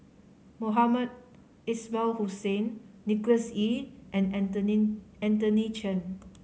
Mohamed Ismail Hussain Nicholas Ee and Anthony Chen